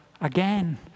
again